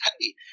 hey